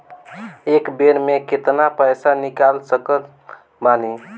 एक बेर मे केतना पैसा निकाल सकत बानी?